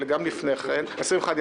וגם לפני כן,